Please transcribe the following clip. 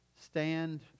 stand